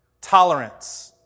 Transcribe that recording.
tolerance